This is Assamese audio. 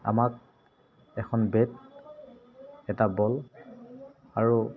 আমাক এখন বেট এটা বল আৰু